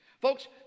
Folks